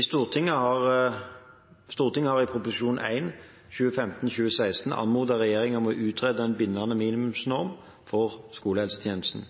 Stortinget har i Prop. 1 S for 2015–2016 anmodet regjeringen om å utrede en bindende minimumsnorm for skolehelsetjenesten.